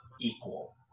equal